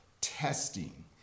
testing